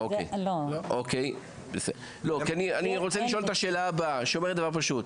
אין פרויקט זמין בחברה הבדואית.